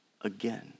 again